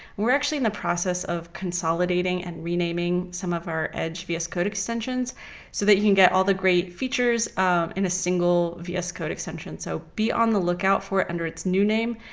we're actually in the process of consolidating and renaming some of our edge vs code extensions, so that you can get all the great features in a single vs code extension. so be on the lookout for it under its new name,